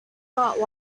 not